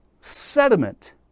sediment